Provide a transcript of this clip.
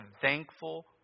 thankful